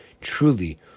truly